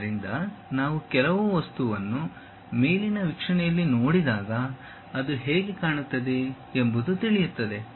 ಆದ್ದರಿಂದ ನಾವು ಕೆಲವು ವಸ್ತುವನ್ನು ಮೇಲಿನ ವೀಕ್ಷಣೆಯಲ್ಲಿ ನೋಡಿದಾಗ ಅದು ಹೇಗೆ ಕಾಣುತ್ತದೆ ಎಂಬುದು ತಿಳಿಯುತ್ತದೆ